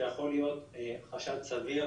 שיכול להיות חשד סביר